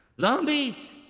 zombies